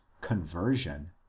conversion